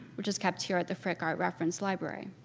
which is kept here at the frick art reference library.